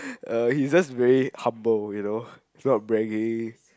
uh he's just very humble you know not bragging